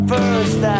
First